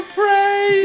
pray